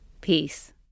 Peace